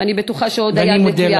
ואני בטוחה שעוד היד נטויה.